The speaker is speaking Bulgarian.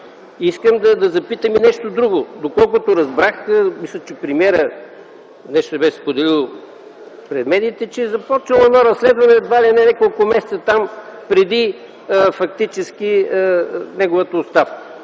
искам да запитам и нещо друго. Доколкото разбрах, мисля, че премиерът нещо беше споделил пред медиите, че е започнало едно разследване, едва ли не няколко месеца там преди фактически неговата оставка.